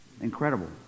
Incredible